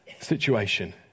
situation